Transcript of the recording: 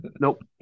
Nope